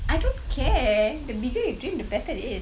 I don't care the bigger you dream the better it is